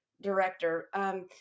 director